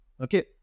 Okay